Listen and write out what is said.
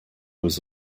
was